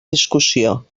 discussió